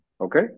Okay